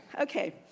Okay